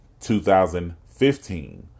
2015